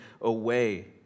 away